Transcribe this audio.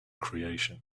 creation